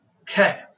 Okay